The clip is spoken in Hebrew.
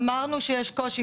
אמרנו שיש קושי.